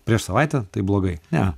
prieš savaitę tai blogai ne